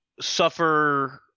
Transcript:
suffer